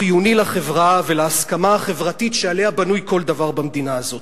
חיוני לחברה ולהסכמה חברתית שעליה בנוי כל דבר במדינה הזאת.